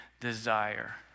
desire